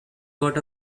got